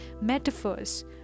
metaphors